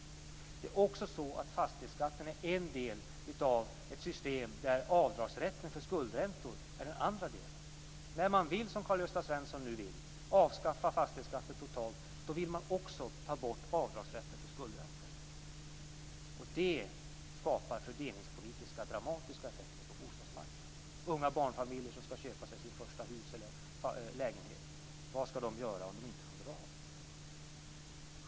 Det är också så att fastighetsskatten är en del av ett system där avdragsrätten för skuldräntor är den andra delen. När man vill avskaffa fastighetsskatten totalt, som Karl-Gösta Svenson nu vill, vill man också ta bort avdragsrätten för skuldräntor. Det skapar dramatiska fördelningspolitiska effekter på bostadsmarknaden. Vad skall unga barnfamiljer som skall köpa sitt första hus eller lägenhet göra om de inte får dra av räntorna?